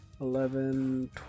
eleven